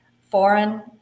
foreign